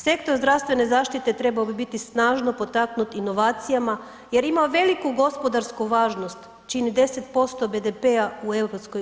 Sektor zdravstvene zaštite trebao bi biti snažno potaknut inovacijama jer ima veliku gospodarsku važnost, čini 10% BDP-a u EU.